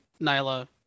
Nyla